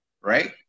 right